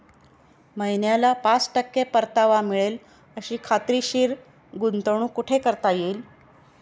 महिन्याला पाच टक्के परतावा मिळेल अशी खात्रीशीर गुंतवणूक कुठे करता येईल?